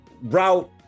route